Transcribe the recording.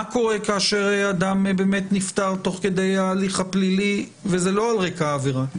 מה קורה כאשר אדם נפטר תוך כדי ההליך הפלילי וזה לא על רקע העבירה?